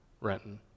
Renton